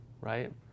right